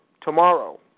tomorrow